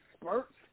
spurts